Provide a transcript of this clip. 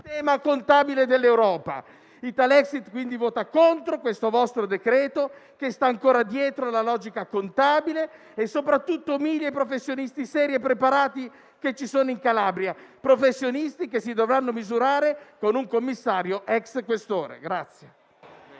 sistema contabile dell'Europa? Italexit quindi vota contro questo vostro decreto-legge che sta ancora dietro la logica contabile e, soprattutto, umilia i professionisti seri e preparati che ci sono in Calabria, professionisti che si dovranno misurare con un commissario ex questore.